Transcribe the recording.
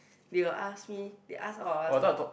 they were ask me they ask all of us lah